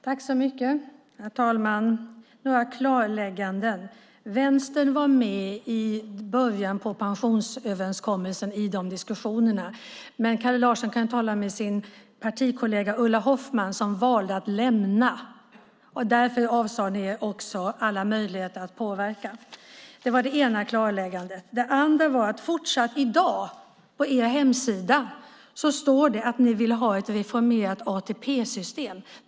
Herr talman! Jag vill göra några klarlägganden. Vänstern var med i början av diskussionerna om pensionsöverenskommelsen. Kalle Larsson kan tala med sin partikollega Ulla Hoffman, som valde att lämna överläggningarna. Därför avsade ni er också alla möjligheter att påverka. Det är det ena klarläggandet. Det andra klarläggandet är att det i dag fortsatt står på er hemsida att ni vill ha ett reformerat ATP-system.